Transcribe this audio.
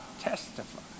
testify